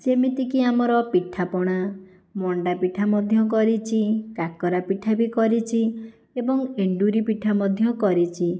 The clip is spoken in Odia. ଯେମିତି କି ଆମର ପିଠାପଣା ମଣ୍ଡାପିଠା ମଧ୍ୟ କରିଛି କାକରା ପିଠା ବି କରିଛି ଏବଂ ଏଣ୍ଡୁରି ପିଠା ମଧ୍ୟ କରିଛି